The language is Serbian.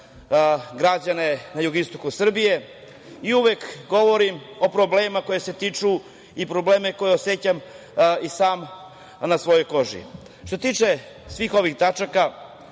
građane na jugoistoku Srbije i uvek govorim o problemima koji se tiču i problemima koje osećam i sam na svojoj koži. Što se tiče svih ovih tačaka,